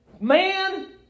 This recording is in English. man